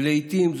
לעיתים,